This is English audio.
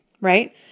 right